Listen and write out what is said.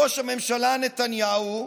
ראש הממשלה נתניהו,